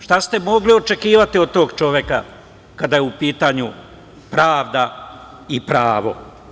Šta ste mogli očekivati od tog čoveka kada je u pitanju pravda i pravo?